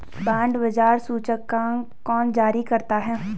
Bond बाजार सूचकांक कौन जारी करता है?